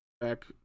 back